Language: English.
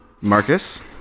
Marcus